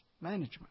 management